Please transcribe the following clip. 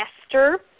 master